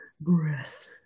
Breath